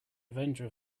avenger